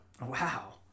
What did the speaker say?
Wow